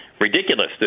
ridiculous